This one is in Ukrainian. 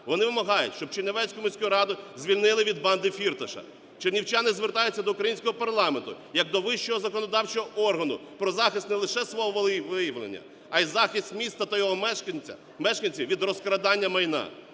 Вони вимагають, щоб Чернівецьку міську раду звільнили від банди Фірташа. Чернівчани звертаються до українського парламенту як до вищого законодавчого органу про захист не лише свого волевиявлення, а й захист міста та його мешканців від розкрадання майна.